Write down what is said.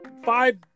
Five